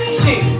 two